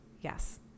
yes